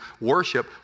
worship